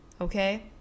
okay